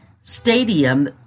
Stadium